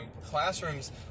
Classrooms